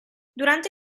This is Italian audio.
durante